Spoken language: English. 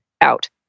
out